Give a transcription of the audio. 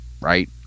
right